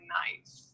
nice